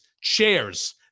chairs